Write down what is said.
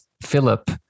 Philip